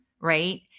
right